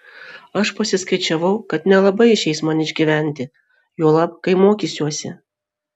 aš pasiskaičiavau kad nelabai išeis man išgyventi juolab kai mokysiuosi